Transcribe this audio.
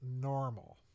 normal